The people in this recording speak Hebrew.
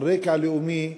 על רקע לאומי.